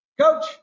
coach